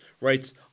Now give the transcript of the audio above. writes